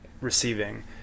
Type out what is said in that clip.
receiving